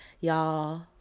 y'all